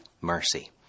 mercy